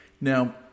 now